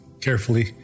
carefully